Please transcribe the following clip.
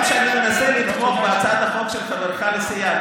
גם כשאני מנסה לתמוך בהצעת החוק של חברך לסיעה,